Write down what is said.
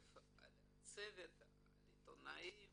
כואב על הצוות, על העיתונאים